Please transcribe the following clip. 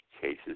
cases